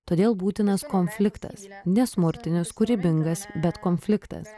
todėl būtinas konfliktas nesmurtinis kūrybingas bet konfliktas